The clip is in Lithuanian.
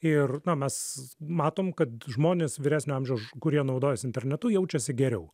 ir mes matom kad žmonės vyresnio amžiaus ž kurie naudojasi internetu jaučiasi geriau